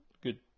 good